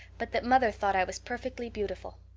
but that mother thought i was perfectly beautiful.